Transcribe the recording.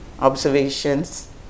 observations